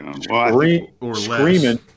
screaming